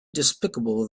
despicable